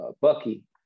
Bucky